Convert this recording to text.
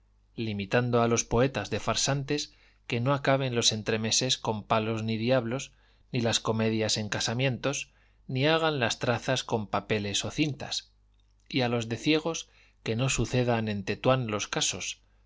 limitando a los poetas de farsantes que no acaben los entremeses con palos ni diablos ni las comedias en casamientos ni hagan las trazas con papeles o cintas y a los de ciegos que no sucedan en tetuán los casos